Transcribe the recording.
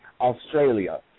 Australia